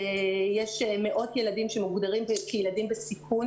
יש מאות ילדים שמוגדרים כילדים בסיכון